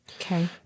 Okay